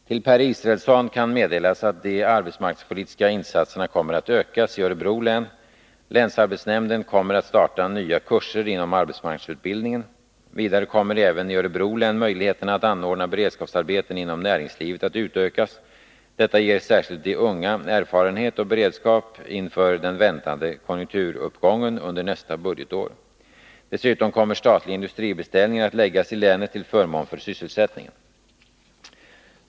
Till Per Israelsson kan meddelas att de arbetsmarknadspolitiska insatserna kommer att ökas i Örebro län. Länsarbetsnämnden kommer att starta nya kurser inom arbetsmarknadsutbildningen. Vidare kommer även i Örebro län möjligheterna att anordna beredskapsarbeten inom näringslivet att utökas. Detta ger särskilt de unga erfarenhet och beredskap inför den väntade konjunkturuppgången under nästa budgetår. Dessutom kommer statliga industribeställningar att läggas i länet till förmån för sysselsättningen.